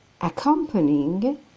accompanying